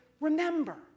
remember